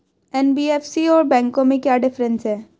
NBFC और बैंकों में क्या डिफरेंस है?